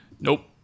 Nope